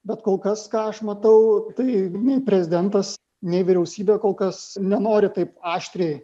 bet kol kas ką aš matau tai nei prezidentas nei vyriausybė kol kas nenori taip aštriai